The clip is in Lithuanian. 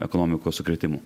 ekonomikos sukrėtimų